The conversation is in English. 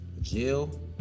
Jill